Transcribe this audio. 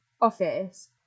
office